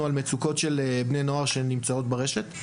על מצוקות של בני נוער שנמצאות ברשת.